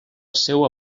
seua